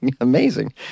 Amazing